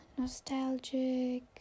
Nostalgic